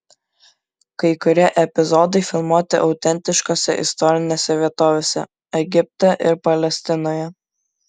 kai kurie epizodai filmuoti autentiškose istorinėse vietovėse egipte ir palestinoje